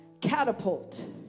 Catapult